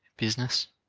business,